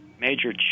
major